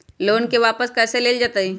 Loan के वापस कैसे कैल जतय?